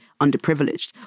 underprivileged